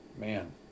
man